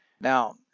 Now